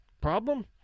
Problem